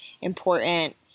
important